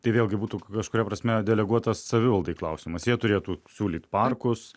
tai vėlgi būtų kažkuria prasme deleguota savivaldai klausimas jie turėtų siūlyt parkus